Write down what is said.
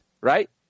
right